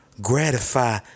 gratify